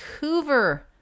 Vancouver